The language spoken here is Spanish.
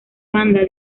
banda